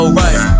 right